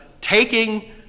taking